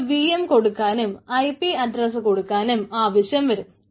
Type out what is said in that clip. നമ്മൾക്ക് V M കൊടുക്കാനും IP address കൊടുക്കാനും ആവശ്യം വരും